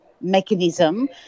mechanism